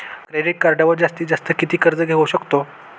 Credit कार्डवर जास्तीत जास्त किती कर्ज घेऊ शकतो?